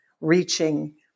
reaching